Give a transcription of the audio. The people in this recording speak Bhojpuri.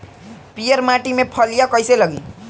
पीयर माटी में फलियां कइसे लागी?